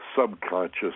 subconscious